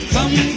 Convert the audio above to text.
Come